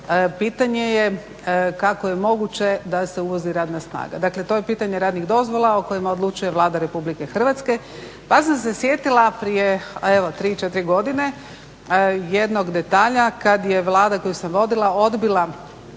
pitanje je kako je moguće da se uvozi radna snaga. Dakle, to je pitanje radnih dozvola o kojima odlučuje Vlada Republike Hrvatske. Pa sam se sjetila prije evo 3, 4 godine jednog detalja kad je Vlada koju sam vodila odbila